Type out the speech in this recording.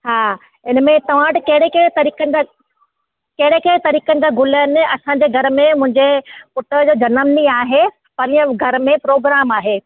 हा इन में तव्हां वटि कहिड़े कहिड़े तरीक़नि जा कहिड़े कहिड़े तरीक़नि जा गुल आहिनि असांजे घर में मुंहिंजे पुट जो जनम ॾींहुं आहे परीहं घर में प्रोग्राम आहे